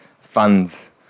Funds